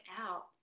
out